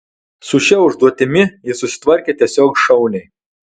su šia užduotimi jis susitvarkė tiesiog šauniai